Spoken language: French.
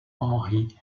henry